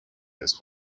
this